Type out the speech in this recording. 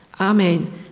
Amen